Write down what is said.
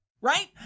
right